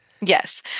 Yes